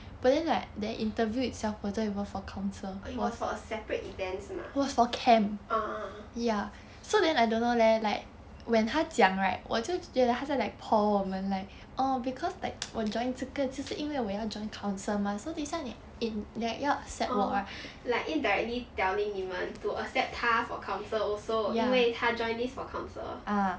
oh it was for a separate events ah orh orh like indirectly telling 你们 to accept 他 for council also 因为他 join this for council